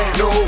no